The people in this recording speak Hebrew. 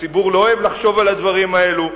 הציבור לא אוהב לחשוב על הדברים האלו.